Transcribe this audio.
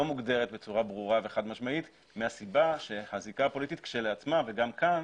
לא מוגדר בצורה ברורה וחד-משמעית מהסיבה שהזיקה הפוליטית כשלעצמה גם כאן